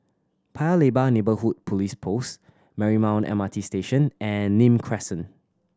Paya Lebar Neighbourhood Police Post Marymount M R T Station and Nim Crescent